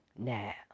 Now